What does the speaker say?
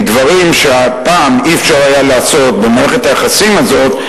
כי דברים שפעם לא היה אפשר לעשות במערכת היחסים הזאת,